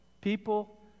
People